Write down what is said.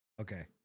Okay